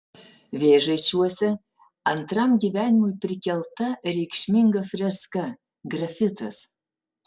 vėžaičiuose antram gyvenimui prikelta reikšminga freska grafitas